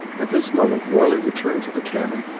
at this moment warley returned to the cabin,